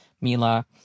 Mila